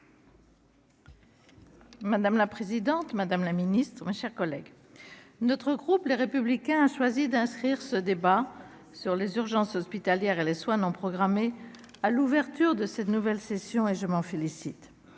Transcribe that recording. Madame la présidente, Madame la Ministre, mes chers collègues, notre groupe, les républicains, a choisi d'inscrire ce débat sur les urgences hospitalières et les soins non programmés à l'ouverture de cette nouvelle session et je m'en félicite,